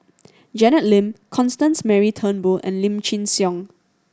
Janet Lim Constance Mary Turnbull and Lim Chin Siong